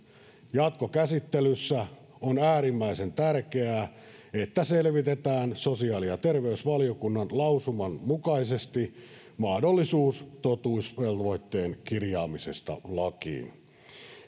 jatkokäsittelyssä on äärimmäisen tärkeää että selvitetään sosiaali ja terveysvaliokunnan lausuman mukaisesti mahdollisuus totuusvelvoitteen kirjaamisesta lakiin